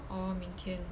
orh 明天